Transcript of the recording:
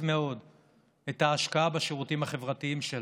מאוד את ההשקעה בשירותים החברתיים שלה.